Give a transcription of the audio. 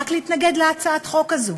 רק להתנגד להצעת החוק הזו.